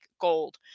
gold